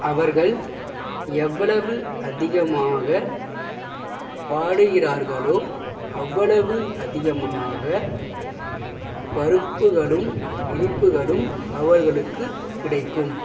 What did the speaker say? அவர்கள் எவ்வளவு அதிகமாக பாடுகிறார்களோ அவ்வளவு அதிகமாக பருப்புகளும் இனிப்புகளும் அவர்களுக்கு கிடைக்கும்